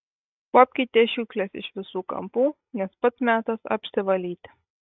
kuopkite šiukšles iš visų kampų nes pats metas apsivalyti